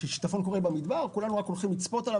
כששיטפון קורה במדבר כולם הולכים לצפות בו,